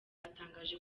batangaje